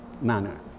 manner